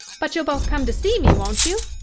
but you'll both come to see me, won't you?